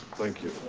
thank you.